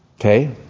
Okay